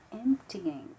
emptying